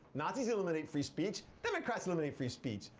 nazis eliminate free speech democrats eliminate free speech.